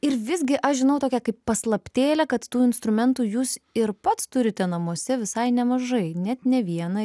ir visgi aš žinau tokią kaip paslaptėlę kad tų instrumentų jūs ir pats turite namuose visai nemažai net ne vieną